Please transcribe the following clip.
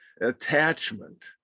attachment